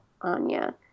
Anya